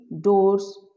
doors